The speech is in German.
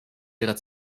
ihrer